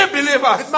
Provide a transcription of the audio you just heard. believers